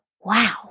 wow